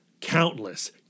countless